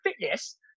fitness